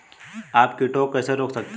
आप कीटों को कैसे रोक सकते हैं?